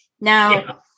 Now